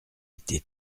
été